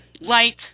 light